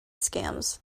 scams